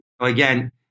again